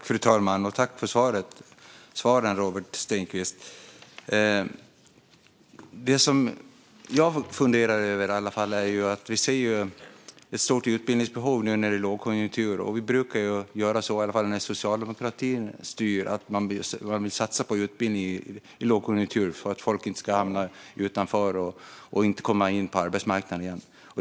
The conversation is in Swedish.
Fru talman! Tack för svaren, Robert Stenkvist! Det som jag funderar över är det stora utbildningsbehov som finns nu när det är lågkonjunktur. Då brukar man ju satsa på utbildning - i alla fall när socialdemokratin styr. I lågkonjunktur vill man satsa på utbildning för att folk inte ska hamna utanför eller inte komma in på arbetsmarknaden.